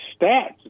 stats